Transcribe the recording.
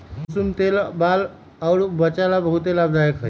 कुसुम तेल बाल अउर वचा ला बहुते लाभदायक हई